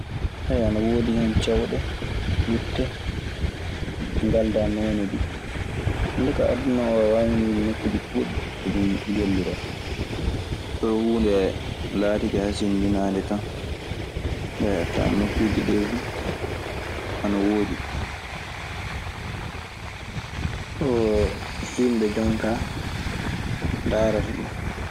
ana woodi hen cewɗe, ɓutte, ɗe ngaldaa noone duu hannde ka aduna oo. So huunde laatike hasindinaande tan, a tawan nokkuuje ɗee fu ana woodi. Ɗo yimɓe jonkaa ndaarata ɗun.